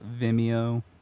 Vimeo